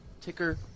ticker